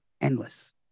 endless